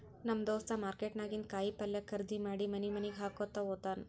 ನಮ್ ದೋಸ್ತ ಮಾರ್ಕೆಟ್ ನಾಗಿಂದ್ ಕಾಯಿ ಪಲ್ಯ ಖರ್ದಿ ಮಾಡಿ ಮನಿ ಮನಿಗ್ ಹಾಕೊತ್ತ ಹೋತ್ತಾನ್